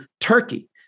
Turkey